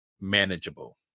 manageable